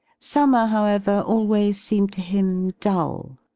summer, howev er, always seemed to him dull.